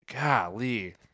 golly